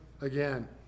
again